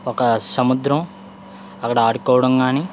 ఒక సముద్రం అక్కడ ఆడుకోవడం కానీ